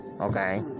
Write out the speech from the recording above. Okay